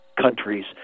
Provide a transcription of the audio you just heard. countries